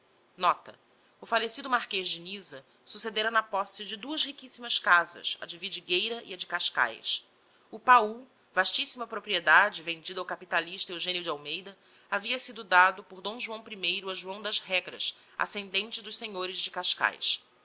principe o fallecido marques de nisa succedera na posse de duas riquissimas casas a de vidigueira e a de cascaes o paul vastissima propriedade vendida ao capitalista eugenio de almeida havia sido dado por d joão i a joão das regras ascendente dos senhores de cascaes